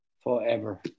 forever